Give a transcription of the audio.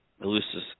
Elusive